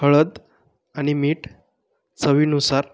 हळद आणि मीठ चवीनुसार